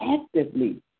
actively